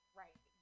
right